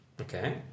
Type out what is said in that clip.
Okay